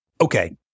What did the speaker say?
Okay